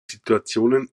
situationen